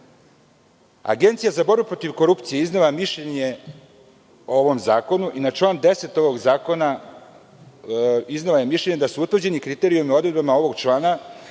posla. Agencija za borbu protiv korupcije iznela je mišljenje o ovom zakonu i na član 10. ovog zakona iznela je mišljenje da su utvrđeni kriterijumi odredbama ovog člana